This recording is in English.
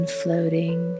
floating